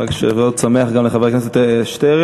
חג שבועות שמח גם לחבר הכנסת שטרן.